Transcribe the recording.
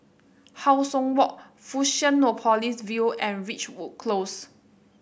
How Sun Walk Fusionopolis View and Ridgewood Close